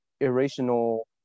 irrational